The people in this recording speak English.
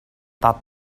thought